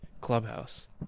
Clubhouse